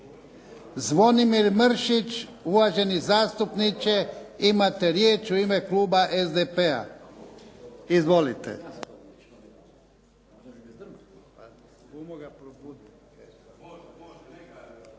kluba SDP-a uvaženi zastupnik Zvonimir Mršić. Izvolite. Zvonimir Mršić, uvaženi zastupniče, imate riječ u ime kluba SDP-a. Izvolite.